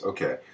Okay